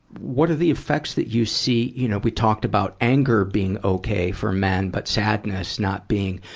what are the effects that you see you know, we talked about anger being okay for men, but sadness not being,